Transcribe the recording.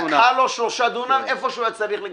לקחה לו שלושה דונם איפה שהוא היה צריך לגדל.